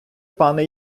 пане